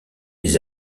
les